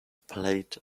played